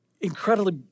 incredibly